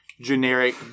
generic